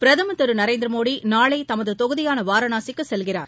பிரதமர் திரு நரேந்திர மோடி நாளை தமது தொகுதியான வாரணாசிக்கு செல்கிறார்